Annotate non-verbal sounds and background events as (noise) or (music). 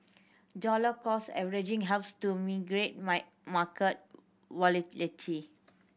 dollar cost averaging helps to (unintelligible) market (unintelligible) volatility